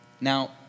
now